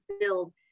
build